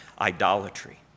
idolatry